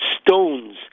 stones